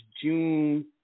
June